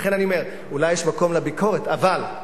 לכן אני אומר, אולי יש מקום לביקורת, אבל,